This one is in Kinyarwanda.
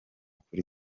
kuri